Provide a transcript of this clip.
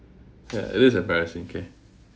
ya it is embarrassing okay